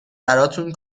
براتون